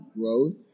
growth